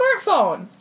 smartphone